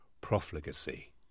profligacy